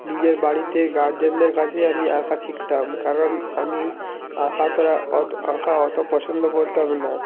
নিজের বাড়িতে গার্জেনদের কাছেই আমি আঁকা শিখতাম কারণ আমি আঁকাটা অতো আঁকা অতো পছন্দ করতাম না